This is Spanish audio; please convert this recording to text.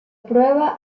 prueba